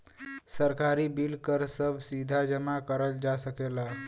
सरकारी बिल कर सभ सीधा जमा करल जा सकेला